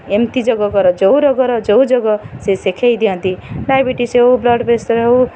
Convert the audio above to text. ଏମିତି ଯୋଗ କର ଯେଉଁ ରୋଗର ଯେଉଁ ଯୋଗ ସେ ଶିଖାଇ ଦିଅନ୍ତି ଡାଇବେଟିସ୍ ହେଉ ବ୍ଲଡ଼୍ ପ୍ରେସର୍ ହେଉ